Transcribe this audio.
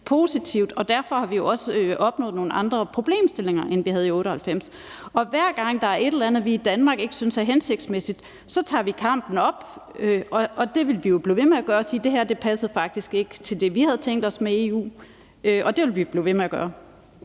positivt. Derfor har vi også fået nogle andre problemstillinger, end vi havde i 1998. Og hver gang der er et eller andet, vi i Danmark ikke synes er hensigtsmæssigt, tager vi kampen op – og det vil vi jo blive ved med at gøre – og siger: Det her passede faktisk ikke til det, vi havde tænkt os med EU. Og det vil vi blive ved med at gøre.